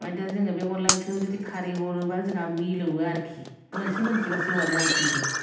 ओमफ्राय दा जोङो बे अनला ओंख्रियाय जुदि खारै हरोबा जोंहा मिलौवो आरोखि मोनसै मोनसैबासो हरनांगौ खिन्थु